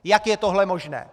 Jak je tohle možné?